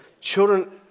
children